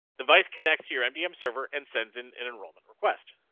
device connects your mdm server and sends an an enrollment request.